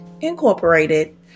Incorporated